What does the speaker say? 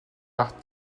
par